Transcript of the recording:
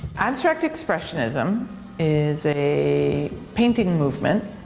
abstract expressionism is a painting movement